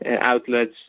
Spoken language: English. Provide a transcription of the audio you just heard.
outlets